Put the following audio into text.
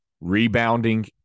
Rebounding